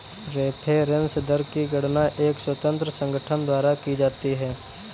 reference दर की गणना एक स्वतंत्र संगठन द्वारा की जाती है